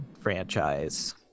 franchise